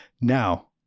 Now